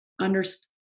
understand